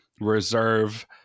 reserve